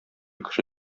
кеше